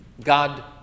God